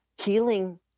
Healing